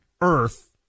Earth